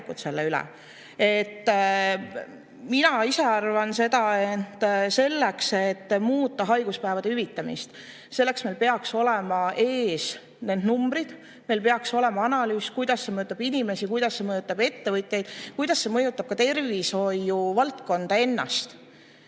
Mina ise arvan, et selleks, et muuta haiguspäevade hüvitamist, peaks meil olema ees need numbrid, meil peaks olema analüüs, kuidas see mõjutab inimesi, kuidas see mõjutab ettevõtjaid, kuidas see mõjutab ka tervishoiuvaldkonda.